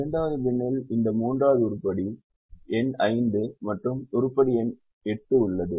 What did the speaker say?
இரண்டாவது பின்னில் இந்த மூன்றாவது உருப்படி உருப்படி எண் 5 மற்றும் உருப்படி எண் 8 உள்ளது